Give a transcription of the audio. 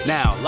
Now